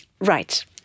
Right